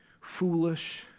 foolish